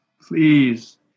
please